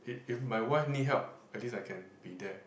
if if my wife need help at least I can be there